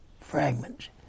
fragments